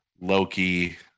Loki